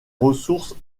ressources